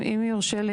אם יורשה לי,